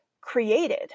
created